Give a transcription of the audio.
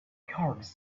cards